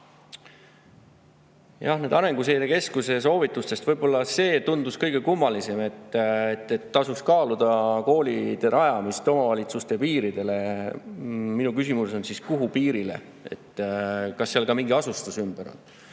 ellu? Arenguseire Keskuse soovitustest võib-olla see tundus kõige kummalisem, et tasuks kaaluda koolide rajamist omavalitsuste piiridele. Minu küsimus on, kuhu piirile. Kas seal ka mingi asustus ümber on?